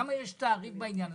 למה יש תעריף בעניין הזה?